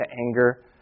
anger